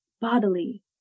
bodily